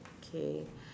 okay